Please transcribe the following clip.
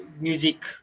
music